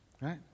right